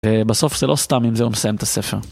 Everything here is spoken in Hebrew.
בסוף זה לא סתם עם זה הוא מסיים את הספר.